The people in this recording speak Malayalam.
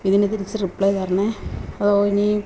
ഇതിന് തിരിച്ച് റിപ്ലേ തരണേ ഓ ഇനി